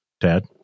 dad